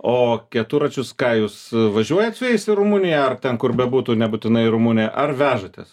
o keturračius ką jūs važiuojat su jais į rumuniją ar ten kur bebūtų nebūtinai rumuniją ar vežatės